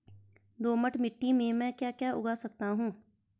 दोमट मिट्टी में म ैं क्या क्या उगा सकता हूँ?